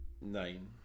Nine